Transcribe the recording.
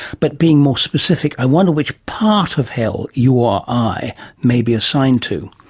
but being more specific, i wonder which part of hell you or i may be assigned to.